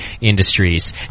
Industries